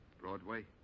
Broadway